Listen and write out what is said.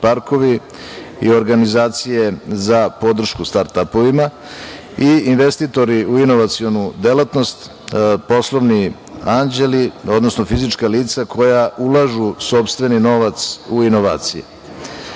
i organizacije za podršku startapovima i investitori u inovacionu delatnost, poslovni anđeli, odnosno fizička lica koja ulažu u sopstveni novac u inovacije. Predviđeno